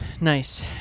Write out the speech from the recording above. Nice